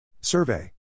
Survey